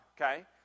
Okay